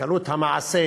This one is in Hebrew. וקלות המעשה